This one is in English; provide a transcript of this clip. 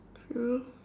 true